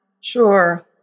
Sure